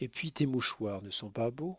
et puis tes mouchoirs ne sont pas beaux